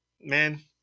Man